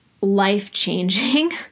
life-changing